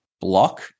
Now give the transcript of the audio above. block